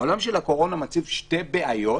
עולם הקורונה מציב שתי בעיות,